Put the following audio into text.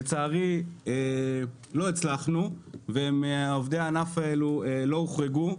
לצערי לא הצלחנו ועובדי הענף הזה לא הוחרגו.